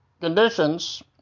conditions